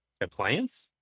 Appliance